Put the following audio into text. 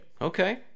Okay